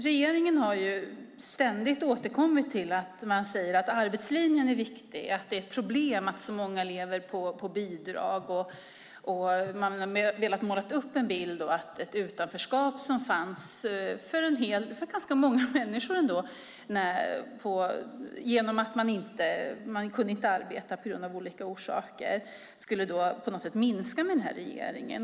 Regeringen har ständigt återkommit till att arbetslinjen är viktig, att det är ett problem att så många lever på bidrag. Man har målat upp en bild av att det utanförskap som fanns för ganska många människor genom att de av olika orsaker inte kunde arbeta skulle minska med den här regeringen.